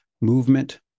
movement